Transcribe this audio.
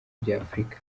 by’afurika